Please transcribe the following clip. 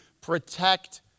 protect